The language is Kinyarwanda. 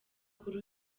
kuri